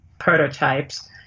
prototypes